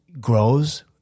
grows